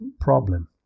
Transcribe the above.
problem